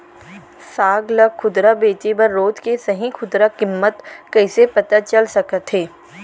साग ला खुदरा बेचे बर रोज के सही खुदरा किम्मत कइसे पता चल सकत हे?